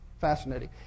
Fascinating